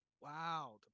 Wow